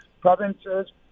Provinces